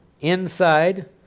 inside